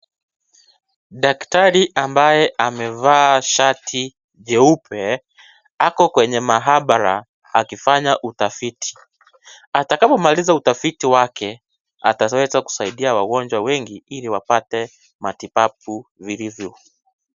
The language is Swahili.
Daktari ambaye ameva shati nyeupe ako kwenye maabara akifanya utafiti, atakapo maliza utafiti wake ataweza kusaidia wagonjwa wengi ili wapate matibabu vilivyo.